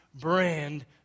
brand